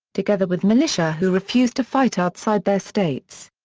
together with militia who refused to fight outside their states.